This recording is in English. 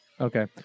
Okay